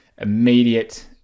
immediate